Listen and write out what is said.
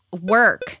work